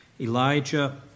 Elijah